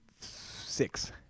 Six